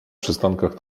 przystankach